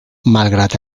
malgrat